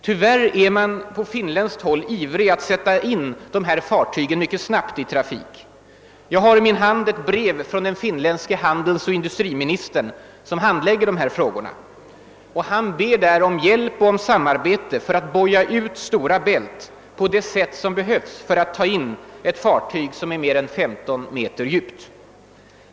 Tyvärr är man på finländskt håll ivrig att snabbt sätta in de här fartygen i trafik. Jag har i min hand ett brev från den finländske handelsoch industriministern, som handlägger dessa frågor. Han ber där om hjälp och samarbete för att boja ut Stora Bält på det sätt som behövs för att ta in ett fartyg som har mer än 15 meters djupgående.